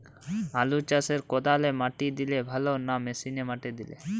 আলু চাষে কদালে মাটি দিলে ভালো না মেশিনে মাটি দিলে?